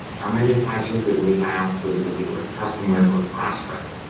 how many patches did we have with a particular customer or a prospect?